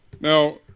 Now